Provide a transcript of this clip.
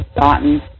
gotten